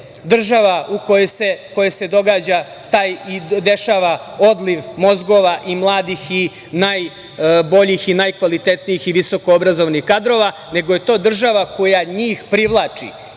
država u kojoj se događa i dešava odliv mozgova i mladih i najboljih i najkvalitetnijih i visokoobrazovanih kadrova, nego je to država koja njih privlači. Tek